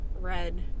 red